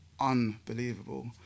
unbelievable